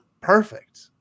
perfect